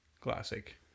Classic